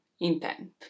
Intent